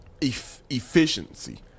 efficiency